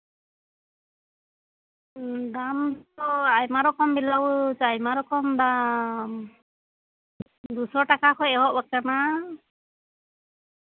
ᱫᱟᱢ ᱫᱚ ᱟᱭᱢᱟ ᱨᱚᱠᱚᱢ ᱵᱞᱟᱣᱩᱡ ᱟᱭᱢᱟ ᱨᱚᱠᱚᱢ ᱫᱟᱢ ᱵᱟᱨ ᱥᱟᱭ ᱴᱟᱠᱟ ᱠᱷᱚᱡ ᱮᱦᱚᱵ ᱟᱠᱟᱱᱟ